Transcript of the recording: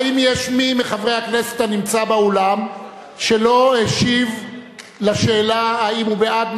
האם יש מי מחברי הכנסת הנמצא באולם שלא השיב על שאלה האם הוא בעד,